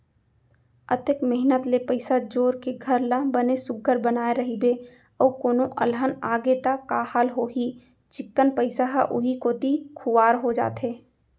अतेक मेहनत ले पइसा जोर के घर ल बने सुग्घर बनाए रइबे अउ कोनो अलहन आगे त का हाल होही चिक्कन पइसा ह उहीं कोती खुवार हो जाथे